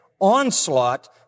onslaught